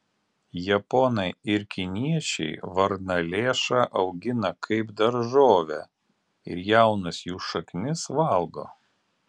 japonai ir kiniečiai varnalėšą augina kaip daržovę ir jaunas jų šaknis valgo